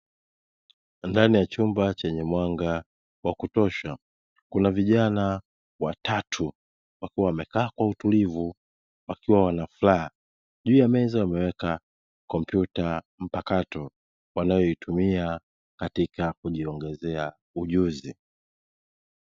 Ndani ya chumba chenye mwanga wa kutosha kuna vijana watatu wapo wamekaa kwa utulivu wapo na furaha, juu ya meza wameweka kompyuta mpakato wanayoitumia katika kujiongezea ujuzi.